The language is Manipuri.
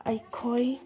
ꯑꯩꯈꯣꯏ